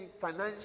financial